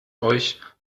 euch